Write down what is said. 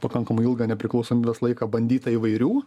pakankamai ilgą nepriklausomybės laiką bandyta įvairių